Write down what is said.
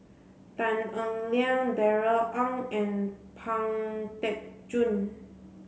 Tan Eng Liang Darrell Ang and Pang Teck Joon